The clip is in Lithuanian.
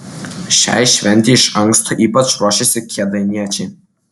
šiai šventei iš anksto ypač ruošėsi kėdainiečiai